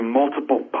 multiple